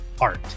art